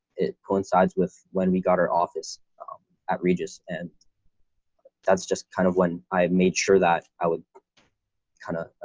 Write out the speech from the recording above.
it coincides with when we got our office at regis and that's just kind of when i made sure that i would kind of